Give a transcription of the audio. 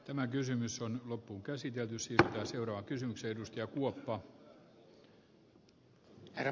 tämä kysymys on loppuunkäsitelty sitä seuraa kysymys edusti herra puhemies